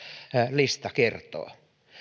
lista kertoo